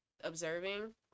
observing